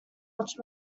watch